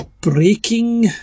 Breaking